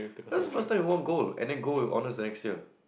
that's the first time we won gold and then gold in honors the next year